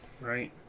right